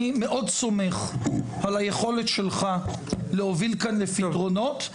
אני מאוד סומך על היכולת שלך להוביל כאן לפתרונות.